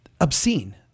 obscene